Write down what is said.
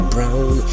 Brown